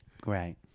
Great